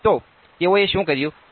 તો તેઓએ શું કર્યું છે